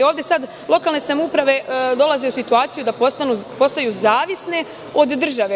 Ovde sada lokalne samouprave dolaze u situaciju i postaju zavisne od države.